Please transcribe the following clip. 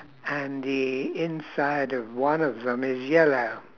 and the inside of one of them is yellow